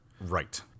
right